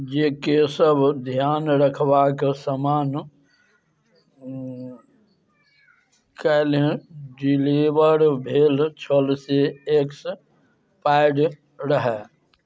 जे केशव धिआन रखबाके सामान काल्हि डिलीवर भेल छल से एक्सपायर्ड रहै